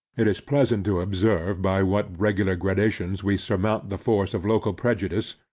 it is pleasant to observe by what regular gradations we surmount the force of local prejudice,